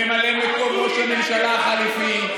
ממלא מקום ראש הממשלה החליפי,